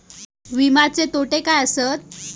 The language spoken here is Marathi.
विमाचे तोटे काय आसत?